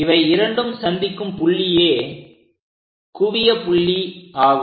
இவை இரண்டும் சந்திக்கும் புள்ளியே குவிய புள்ளியாகும்